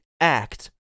Act